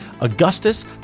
Augustus